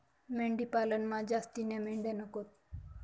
मेंढी पालनमा जास्तीन्या मेंढ्या नकोत